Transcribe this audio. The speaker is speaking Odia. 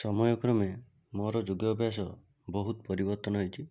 ସମୟକ୍ରମେ ମୋର ଯୋଗାଭ୍ୟାସ ବହୁତ ପରିବର୍ତ୍ତନ ହେଇଛି